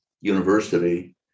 university